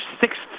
sixth